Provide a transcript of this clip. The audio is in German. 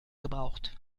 gebraucht